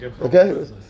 okay